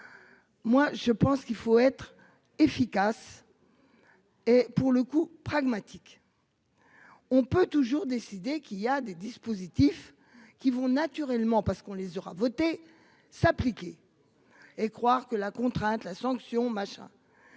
Moi je pense qu'il faut être efficace. Et pour le coup pragmatique. On peut toujours décider qu'il a des dispositifs qui vont naturellement parce qu'on les aura voté s'appliquer. Et croire que la contrainte la sanction machin.